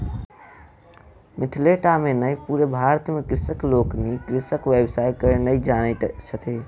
मिथिले टा मे नहि पूरे भारत मे कृषक लोकनि कृषिक व्यवसाय करय नहि जानैत छथि